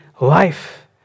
Life